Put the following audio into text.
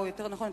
או יותר נכון,